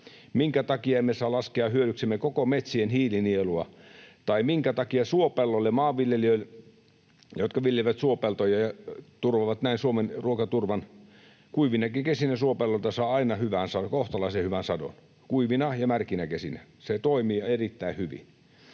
Minkä takia emme saa laskea hyödyksemme koko metsien hiilinielua? Tai minkä takia maanviljelijöille, jotka viljelevät suopeltoja ja turvaavat näin Suomen ruokaturvan... Kuivinakin kesinä suopelloilta saa aina kohtalaisen hyvän sadon. Kuivina ja märkinä kesinä ne toimivat erittäin hyvin.